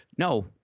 No